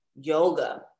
yoga